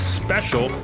special